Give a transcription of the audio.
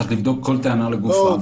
צריך לבדוק כל טענה לגופה,